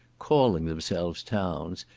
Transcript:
calling themselves towns,